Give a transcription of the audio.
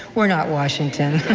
we're not washington,